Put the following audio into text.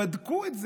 שבדקו את זה,